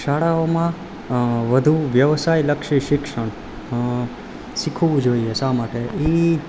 શાળાઓમાં વધુ વ્યવસાયલક્ષી શિક્ષણ શીખવું જોઈએ શા માટે એ